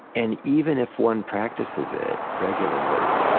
and even if one practices it regularly,